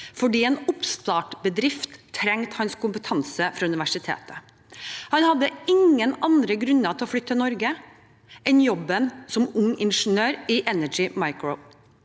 fordi en oppstartsbedrift trengte hans kompetanse fra universitetet. Han hadde ingen andre grunner til å flytte til Norge enn jobben som ung ingeniør i Energy Micro.